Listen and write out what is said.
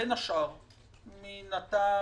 בין השאר מן הטעם